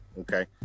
okay